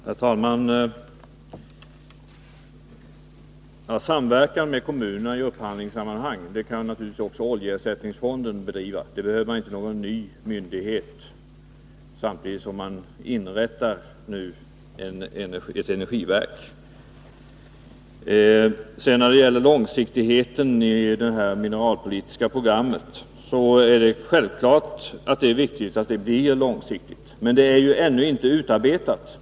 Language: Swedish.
Herr talman! Att samverka med kommunerna i upphandlingssammanhang kan ju oljeersättningsfonden göra. För det behövs ingen ny myndighet — samtidigt som man nu inrättar ett energiverk. Det är självklart att det mineralpolitiska programmet bör vara långsiktigt. Men det är ännu inte utarbetat.